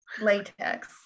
latex